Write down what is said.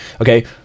Okay